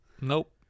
Nope